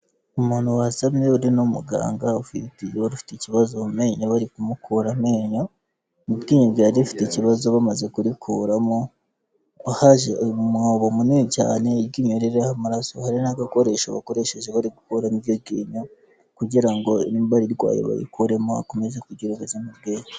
Umuntu wasamye uri n'umuganga ufiti ikibazo mu menyo bari kumukura amenyo, mu ryinyo ryari rifite ikibazo bamaze kurikuramo, haje umwobo mwobo munini cyane, iryinyo ririho amaraso, hari n'agakoresho bakoresheje bari gukuramo iryo ryinyo kugirango niba rirwaye barikuremo, akomeze kugira ubuzima bwiza.